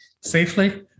safely